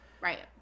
right